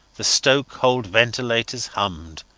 the stokehold ventilators hummed